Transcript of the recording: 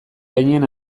gainean